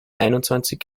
einundzwanzig